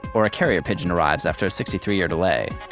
or a carrier pigeon arrives after a sixty three year delay?